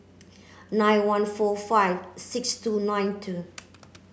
nine one four five six two nine two